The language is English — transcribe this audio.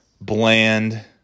bland